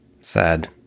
sad